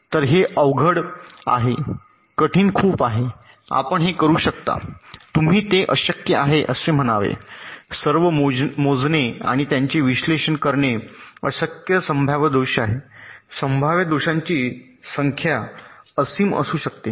तर हे अवघड आहे कठीण खूप आहे आपण हे करू शकता तुम्ही ते अशक्य आहे असे म्हणावे सर्व मोजणे आणि त्यांचे विश्लेषण करणे अशक्य संभाव्य दोष आहे संभाव्य दोषांची संख्या असीम असू शकते